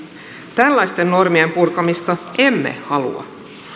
tällaisten normien purkamista emme halua